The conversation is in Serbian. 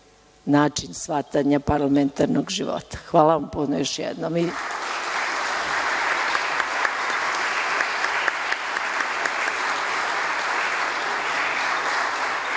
način shvatanja parlamentarnog života. Hvala vam puno još jednom. Neću